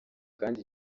kandi